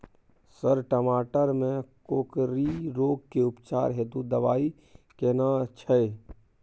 Sir टमाटर में कोकरि रोग के उपचार हेतु दवाई केना छैय?